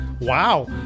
Wow